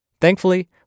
Thankfully